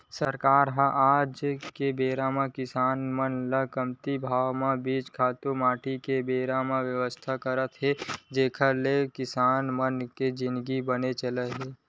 सरकार ह आज के बेरा म किसान मन ल कमती भाव म बीजा, खातू माटी के बरोबर बेवस्था करात हे जेखर ले ओखर मन के जिनगी बने चलय